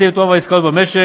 שעושים את רוב העסקאות במשק,